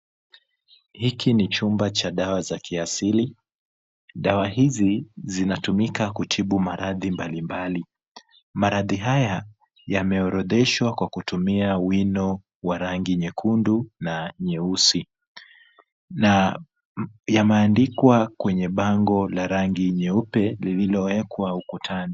Hiki ni chumba cha dawa za kiasili. Dawa hizi zinatumika kutibu maradhi mbali mbali. Maradhi haya yameorodheshwa kwa kutumia wino wa rangi nyekundu na nyeusi na yameandikwa kwenye bango la rangi nyeupe lililowekwa ukutani.